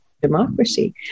democracy